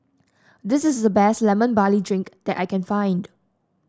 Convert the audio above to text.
this is the best Lemon Barley Drink that I can find